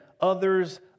others